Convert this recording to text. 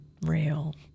real